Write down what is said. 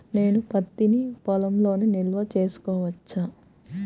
నేను పత్తి నీ పొలంలోనే నిల్వ చేసుకోవచ్చా?